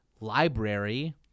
library